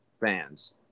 fans